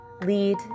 lead